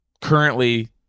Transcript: currently